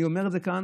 אני אומר את זה כאן,